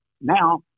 now